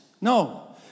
No